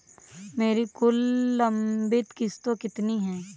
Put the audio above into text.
मेरी कुल लंबित किश्तों कितनी हैं?